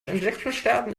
insektensterben